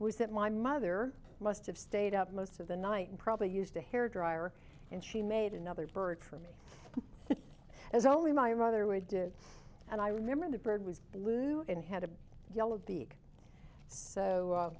was that my mother must've stayed up most of the night and probably used a hair dryer and she made another bird for me as only my rather we did and i remember the bird was blue and had a yellow beak so